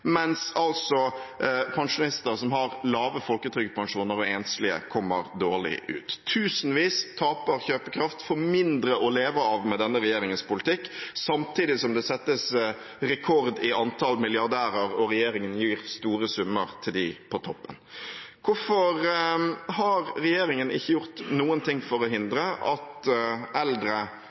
mens altså enslige og pensjonister som har lave folketrygdpensjoner, kommer dårlig ut. Tusenvis taper kjøpekraft og får mindre å leve av med denne regjeringens politikk, samtidig som det settes rekord i antall milliardærer, og regjeringen gir store summer til dem på toppen. Hvorfor har regjeringen ikke gjort noe for å hindre at eldre